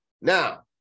Now